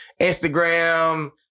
Instagram